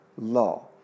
Law